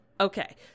Okay